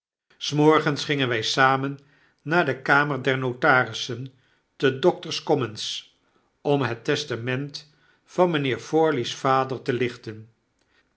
s morgens gingen wij samen naar de kamer der notarissen te d o c t o r s c o m m o n s om het testament van mijnheer forley's vader te lichten